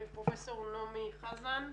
פרופ' נעמי חזן.